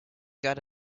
got